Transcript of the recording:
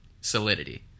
solidity